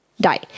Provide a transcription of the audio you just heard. die